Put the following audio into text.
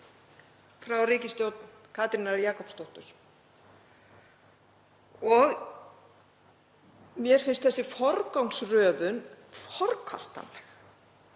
frá ríkisstjórn Katrínar Jakobsdóttur. Mér finnst þessi forgangsröðun forkastanleg.